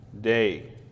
day